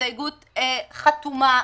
והסתייגות חתומה,